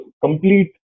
complete